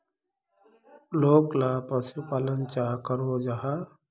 लोकला पशुपालन चाँ करो जाहा?